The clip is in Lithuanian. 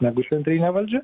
negu centrinė valdžia